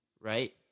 Right